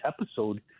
episode